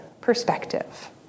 perspective